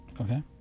Okay